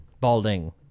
Balding